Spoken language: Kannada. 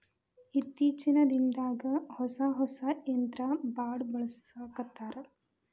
ಇತ್ತೇಚಿನ ದಿನದಾಗ ಹೊಸಾ ಹೊಸಾ ಯಂತ್ರಾ ಬಾಳ ಬಳಸಾಕತ್ತಾರ